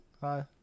Hi